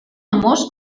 famós